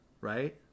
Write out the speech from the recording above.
right